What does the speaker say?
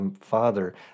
father